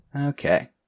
Okay